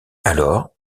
alors